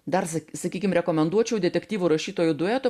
dar sak sakykim rekomenduočiau detektyvų rašytojų dueto